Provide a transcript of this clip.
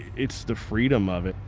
it's the freedom of it.